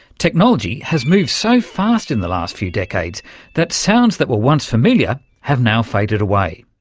technology has moved so fast in the last few decades that sounds that were once familiar have now faded away.